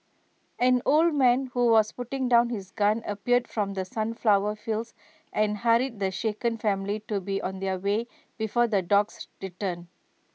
an old man who was putting down his gun appeared from the sunflower fields and hurried the shaken family to be on their way before the dogs return